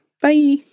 Bye